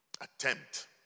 attempt